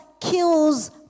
kills